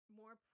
more